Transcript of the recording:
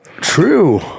True